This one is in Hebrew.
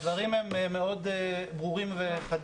מהבחינה הזאת הדברים הם מאוד ברורים וחדים.